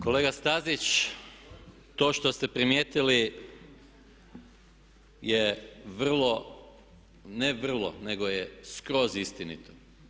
Kolega Stazić, to što ste primijetili je vrlo, ne vrlo nego je skroz istinito.